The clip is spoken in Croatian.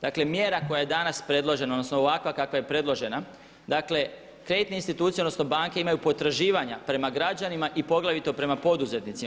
Dakle, mjera koja je danas predložena, odnosno ovakva kakva je predložena, dakle kreditne institucije, odnosno banke imaju potraživanja prema građanima i poglavito prema poduzetnicima.